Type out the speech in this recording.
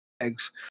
eggs